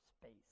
space